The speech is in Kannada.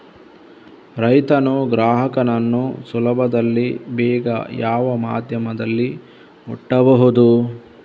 ರೈತನು ಗ್ರಾಹಕನನ್ನು ಸುಲಭದಲ್ಲಿ ಬೇಗ ಯಾವ ಮಾಧ್ಯಮದಲ್ಲಿ ಮುಟ್ಟಬಹುದು?